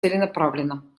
целенаправленно